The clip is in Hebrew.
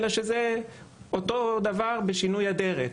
אלא זה אותו דבר בשינוי אדרת.